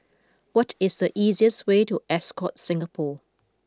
what is the easiest way to Ascott Singapore